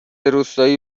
روستایی